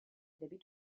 habite